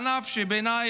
ענף שבעיניי,